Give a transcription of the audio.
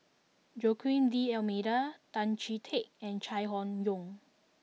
Joaquim D'almeida Tan Chee Teck and Chai Hon Yoong